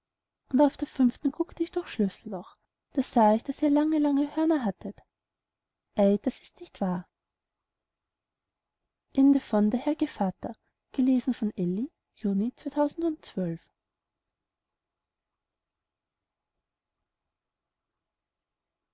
und auf der fünften guckte ich durchs schlüsselloch da sah ich daß ihr lange lange hörner hattet ei das ist nicht wahr